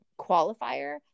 qualifier